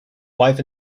wife